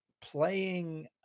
playing